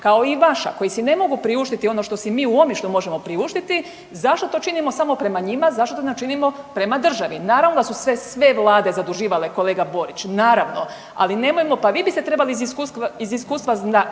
kao i vaša koji si ne mogu priuštiti ono što si mi u Omišlju možemo priuštiti zašto to činimo samo prema njima, zašto to ne učinimo prema državi? Naravno da su sve vlade zaduživale kolega Borić, naravno, ali nemojmo, pa vi biste trebali iz iskustva znati